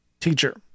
Teacher